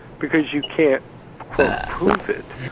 because you can't prove it.